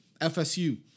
FSU